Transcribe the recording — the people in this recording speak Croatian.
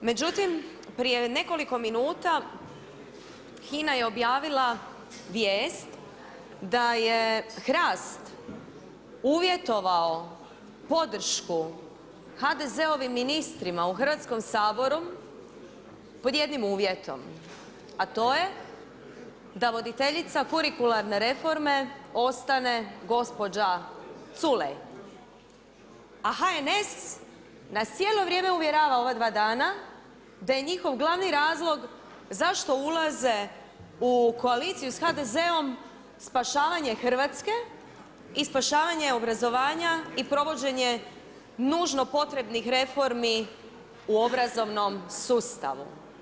Međutim, prije nekoliko minuta HINA je objavila vijest da je HRAST uvjetovao podršku HDZ-ovim ministrima u Hrvatskom saboru pod jednim uvjetom, a to je da voditeljica kurikularne reforme ostane gospođa Culej, a HNS nas cijelo vrijeme uvjerava ova 2 dana da je njihov glavni razlog zašto ulaze u koaliciju sa HDZ-om spašavanje Hrvatske i spašavanje obrazovanja i provođenje nužno potrebnih reformi u obrazovnom sustavu.